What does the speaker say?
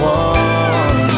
one